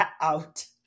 out